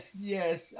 yes